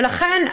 ולכן,